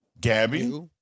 Gabby